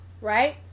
right